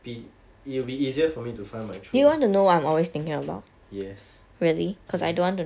be it'll be easier for me to find my true love yes yes